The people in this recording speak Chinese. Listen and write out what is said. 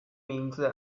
名字